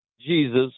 Jesus